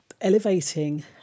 Elevating